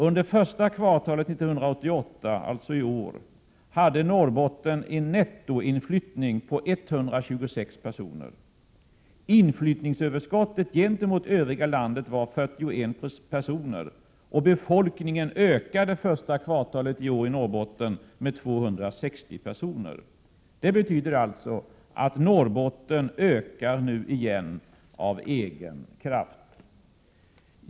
Under det första kvartalet 1988, alltså i år, hade Norrbotten en nettoinflyttning på 126 personer. Inflyttningsöverskottet gentemot det övriga landet var 41 personer, och befolkningen ökade under det första kvartalet i år i Norrbotten med 260 personer. Det betyder alltså att Norrbotten ökar nu igen av egen kraft.